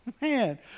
Man